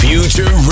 Future